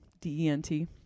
d-e-n-t